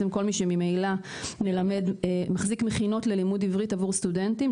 כל מי שממילא מחזיק מכינות ללימוד עברית עבור סטודנטים,